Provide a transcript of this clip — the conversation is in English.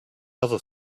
other